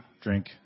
drink